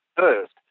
first